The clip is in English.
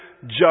judge